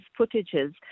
footages